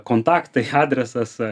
kontaktai adresas